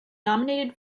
nominated